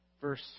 Verse